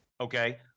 okay